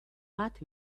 bat